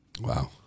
Wow